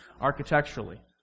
architecturally